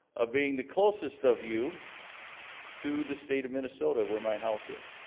of being the closest of you to the state of minnesota where my house is?